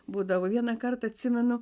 būdavo vieną kartą atsimenu